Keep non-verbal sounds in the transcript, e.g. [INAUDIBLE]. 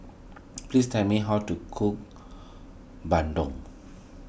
[NOISE] please tell me how to cook Bandung